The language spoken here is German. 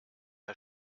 der